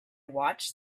watched